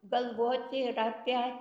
galvoti ir apie